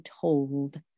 told